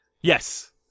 Yes